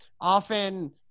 Often